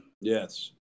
yes